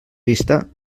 vista